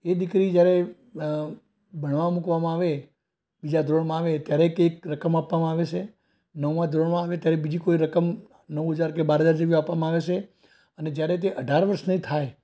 એ દીકરી જ્યારે ભણવા મૂકવામાં આવે ત્રીજા ધોરણમાં આવે ત્યારે કંઈક રકમ આપવામાં આવે છે નવમા ધોરણમાં આવે ત્યારે બીજી કોઈક રકમ નવ હજાર કે બાર હજાર જેવી આપવામાં આવે છે અને જ્યારે તે અઢાર વર્ષની થાય